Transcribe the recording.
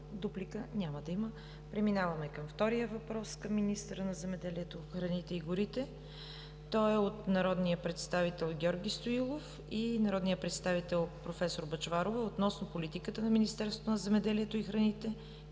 Дуплика? Няма да има. Преминаваме към втория въпрос към министъра на земеделието, храните и горите. Той е от народните представители Георги Стоилов и проф. Бъчварова относно политиката на Министерството на земеделието, храните